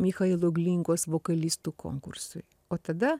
michailo glinkos vokalistų konkursui o tada